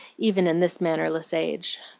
even in this mannerless age.